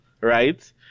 right